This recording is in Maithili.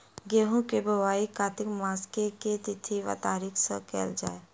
गेंहूँ केँ बोवाई कातिक मास केँ के तिथि वा तारीक सँ कैल जाए?